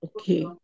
okay